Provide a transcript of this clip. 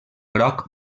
groc